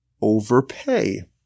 overpay